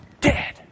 dead